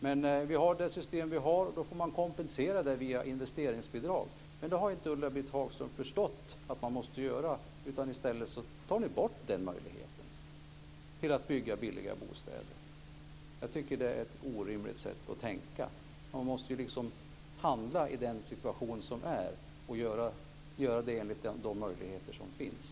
Men vi har det system vi har, och då får man kompensera via investeringsbidrag. Ulla-Britt Hagström har dock inte förstått att man måste göra det. I stället tar ni bort den möjligheten att bygga billiga bostäder. Jag tycker att det är ett orimligt sätt att tänka. Man måste ju liksom handla i den situation som är, i överensstämmelse med de möjligheter som finns.